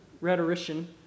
rhetorician